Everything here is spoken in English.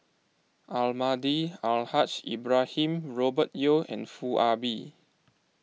Almahdi Al Haj Ibrahim Robert Yeo and Foo Ah Bee